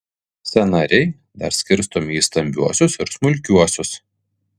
sąnariai dar skirstomi į stambiuosius ir smulkiuosius